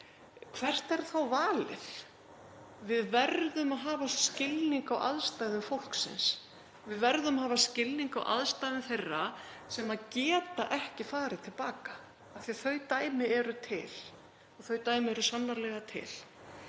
hvert er þá valið? Við verðum að hafa skilning á aðstæðum fólksins. Við verðum að hafa skilning á aðstæðum þeirra sem geta ekki farið til baka af því að þau dæmi eru til. Þau dæmi eru sannarlega til.